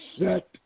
set